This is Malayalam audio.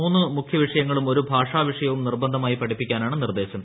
മൂന്നു മുഖ്യവിഷയങ്ങളും ഒരു ഭാഷാ വിഷയവും നിർബന്ധമായി പഠിപ്പിക്കാനാണ് നിർദ്ദേശം